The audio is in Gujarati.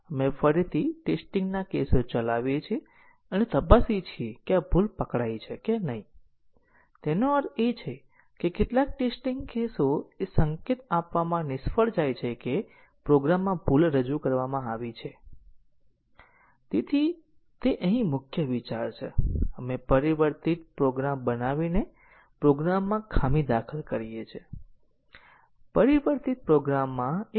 અમે ટેસ્ટીંગ કરીએ છીએ કે ટેસ્ટીંગ કેસો દ્વારા કઈ ધાર લેવામાં આવે છે ટેસ્ટીંગ દ્વારા ચલાવવામાં આવતી ધાર કઈ છે અને જ્યાં સુધી ટેસ્ટીંગ કેસ ઓછામાં ઓછી એક નવી ધાર ચલાવે છે ત્યાં સુધી આપણે જાણીએ છીએ કે નવો માર્ગ અમલમાં આવે છે